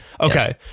Okay